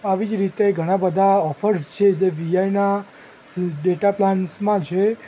આવી જ રીતે ઘણા બધા ઑફર્સ છે જે વીઆઈના સ ડેટા પ્લાન્સમાં છે